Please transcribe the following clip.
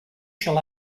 shall